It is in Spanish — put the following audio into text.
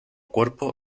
cuerpo